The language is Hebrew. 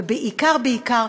ובעיקר בעיקר,